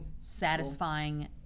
satisfying